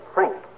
Frank